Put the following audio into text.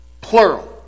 plural